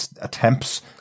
attempts